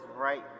right